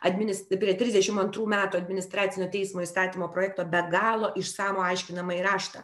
adminis prie trisdešim antrų metų administracinio teismo įstatymo projekto be galo išsamų aiškinamąjį raštą